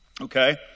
okay